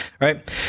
right